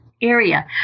Area